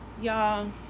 Y'all